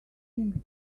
him